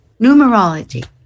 Numerology